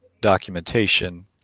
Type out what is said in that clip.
documentation